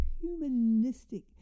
humanistic